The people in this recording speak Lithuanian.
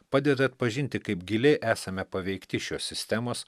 padeda atpažinti kaip giliai esame paveikti šios sistemos